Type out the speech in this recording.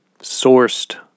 sourced